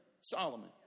Solomon